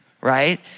right